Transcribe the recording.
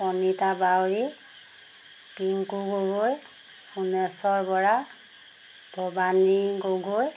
Anita Bauri Pinku Gogoi Soneswar Bora Bhabani Gogoi